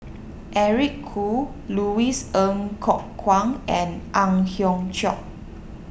Eric Khoo Louis Ng Kok Kwang and Ang Hiong Chiok